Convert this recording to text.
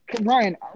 Ryan